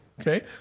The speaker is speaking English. Okay